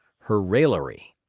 her raillery.